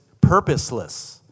purposeless